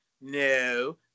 No